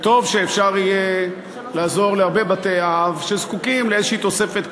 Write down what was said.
וטוב שאפשר יהיה לעזור להרבה בתי-אב שזקוקים לאיזו תוספת קטנה,